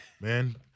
Man